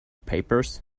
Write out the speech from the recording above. papers